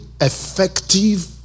effective